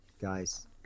guys